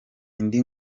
indi